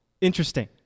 interesting